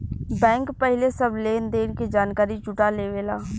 bank पहिले सब लेन देन के जानकारी जुटा लेवेला